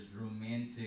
romantic